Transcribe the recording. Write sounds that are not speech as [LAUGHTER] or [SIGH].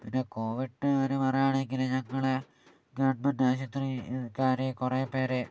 പിന്നെ കോവിഡ് [UNINTELLIGIBLE] പറയുകയാണെങ്കിൽ ഞങ്ങൾ ഗവർമെൻ്റ് ആശുപത്രിക്കാർ കുറേ പേരെ